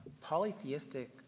polytheistic